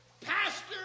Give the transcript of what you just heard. Pastor